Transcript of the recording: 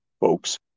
folks